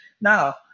Now